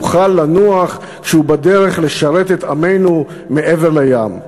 יוכל לנוח כשהוא בדרך לשרת את עמנו מעבר לים.